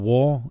War